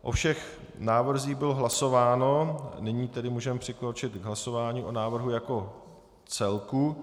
O všech návrzích bylo hlasováno, nyní tedy můžeme přikročit k hlasování o návrhu jako celku.